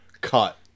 cut